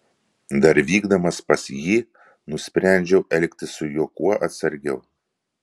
dar vykdamas pas jį nusprendžiau elgtis su juo kuo atsargiau